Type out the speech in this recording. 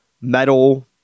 metal